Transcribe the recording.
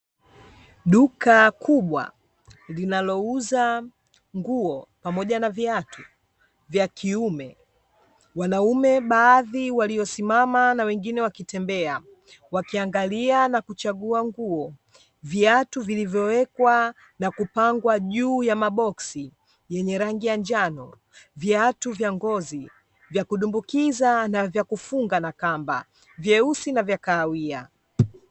Duka kubwa linalouza nguo pamoja na viatu vya kiume. Wanaume baadhi waliosimama na wengine wakitembea, wakiangalia na kuchagua nguo. Viatu vilivyowekwa na kupangwa juu ya maboksi yenye rangi ya njano. Viatu vya ngozi vya kudumbukiza na vya kufunga na kamba, vyeusi na vya kahawia.